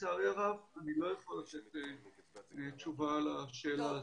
לצערי הרב אני לא יכול לתת תשובה על השאלה הזאת.